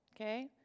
Okay